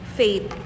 faith